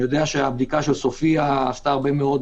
אני יודע שהבדיקה של סופיה עשתה הרבה מאוד